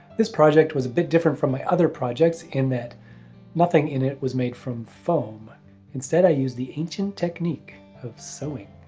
this project was a bit different from my other projects in that nothing in it was made from foam instead i used the ancient technique of sewing.